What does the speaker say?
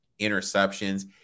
interceptions